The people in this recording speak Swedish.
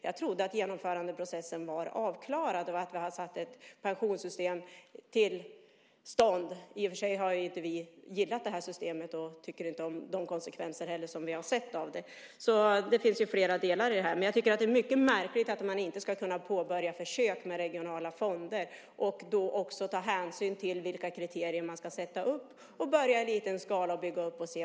Jag trodde att genomförandeprocessen var avklarad och att vi hade satt ett pensionssystem i sjön. I och för sig gillar vi inte det här systemet och tycker inte heller om de konsekvenser som vi har sett av det. Det finns ju flera delar i det här. Jag tycker att det är mycket märkligt att man inte ska kunna påbörja försök med regionala fonder, och då också ta fram vilka kriterier man ska sätta upp och börja i liten skala och bygga upp det.